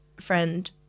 friend